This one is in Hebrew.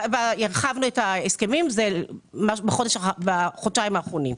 זה בחודשיים האחרונים.